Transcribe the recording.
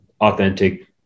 authentic